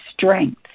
strength